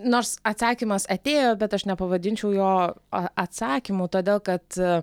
nors atsakymas atėjo bet aš nepavadinčiau jo a atsakymu todėl kad